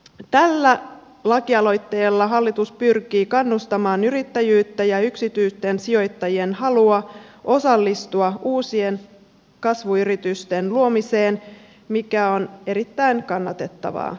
tällä lakialoitteella hallitus pyrkii kannustamaan yrittäjyyttä ja yksityisten sijoittajien halua osallistua uusien kasvuyritysten luomiseen mikä on erittäin kannatettavaa